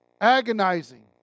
Agonizing